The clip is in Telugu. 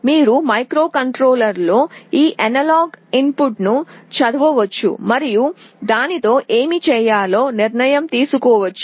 మీరు మైక్రోకంట్రోలర్లో ఈ అనలాగ్ ఇన్పుట్ను చదవవచ్చు మరియు దానితో ఏమి చేయాలో నిర్ణయం తీసుకోవచ్చు